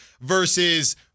versus